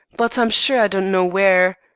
but i'm sure i don't know where.